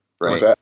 Right